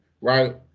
right